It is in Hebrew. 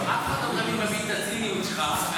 אף אחד לא מבין מספיק את הציניות שלך.